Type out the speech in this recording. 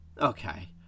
Okay